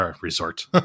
resort